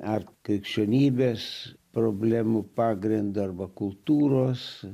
ar krikščionybės problemų pagrindu arba kultūros